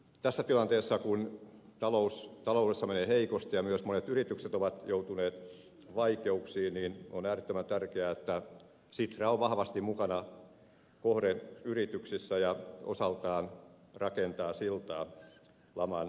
tässä tilanteessa kun taloudessa menee heikosti ja myös monet yritykset ovat joutuneet vaikeuksiin on äärettömän tärkeää että sitra on vahvasti mukana kohdeyrityksissä ja osaltaan rakentaa siltaa laman yli